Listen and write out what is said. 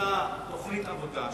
נעשתה תוכנית עבודה,